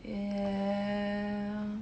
yeah